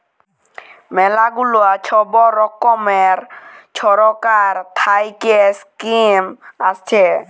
ম্যালা গুলা ছব রকমের ছরকার থ্যাইকে ইস্কিম আসে